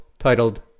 titled